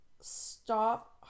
stop